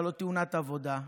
הייתה לו תאונת עבודה.